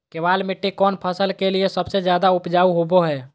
केबाल मिट्टी कौन फसल के लिए सबसे ज्यादा उपजाऊ होबो हय?